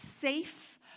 safe